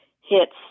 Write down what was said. hits